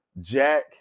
Jack